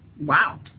Wow